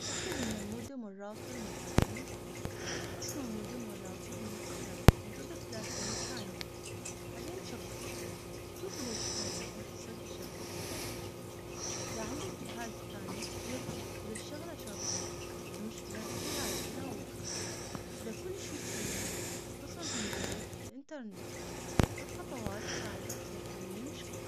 تأكد أن المودم الراوتر مشبوكين، صح فصل المودم والراوتر من الكهرباء، وانتظر ثلاثين ثانية بعدين شغلهم شوف إذا جهازك متصل بالشبكة الصحيحة، إذا عندك جهاز ثاني جربه، وإذا الشغلة شغالة المشكلة بالجهاز الأول، إذا كل شي سليم اتصل بمزود.